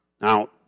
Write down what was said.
Now